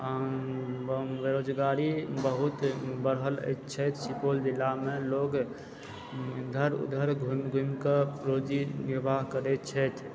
बेरोजगारी बहुत बढ़ल छथि सुपौल जिलामे लोग इधर उधर घूमि घूमिके रोजी निर्वाह करए छथि